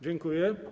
Dziękuję.